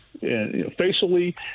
facially